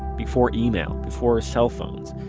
before email. before cell phones.